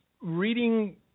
reading